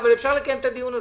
אפשר לקיים את הדיון הזה.